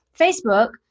Facebook